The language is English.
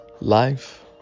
Life